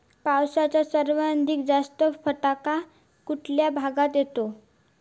पावसाचा सर्वाधिक जास्त फटका कुठल्या भागात होतो?